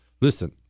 listen